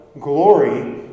glory